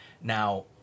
Now